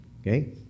Okay